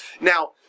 Now